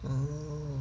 orh